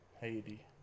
Haiti